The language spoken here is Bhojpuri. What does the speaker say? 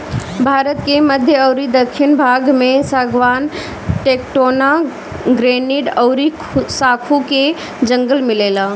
भारत के मध्य अउरी दखिन भाग में सागवान, टेक्टोना, ग्रैनीड अउरी साखू के जंगल मिलेला